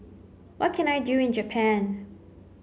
what can I do in Japan